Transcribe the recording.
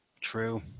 True